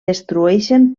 destrueixen